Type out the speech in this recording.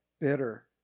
bitter